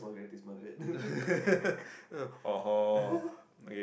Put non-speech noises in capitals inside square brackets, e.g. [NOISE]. [LAUGHS] orh hor